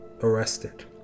arrested